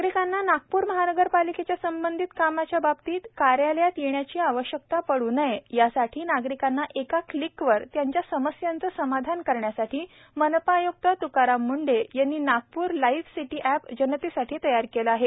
नागरिकांना नागप्र महानगरपालिकेच्या संबंधित कामाचे बाबतीत कार्यालयात येण्याची आवश्यकता पड्र नये यासाठी नागरिकांना एका क्लिकवर त्यांच्या समस्यांचे समाधान करण्यासाठी मनपा आय्क्त तुकाराम मुंढे यांनी नागपूर लाईव्ह सिटी एप जनतेसाठी तयार केले आहे